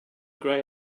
grey